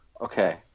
Okay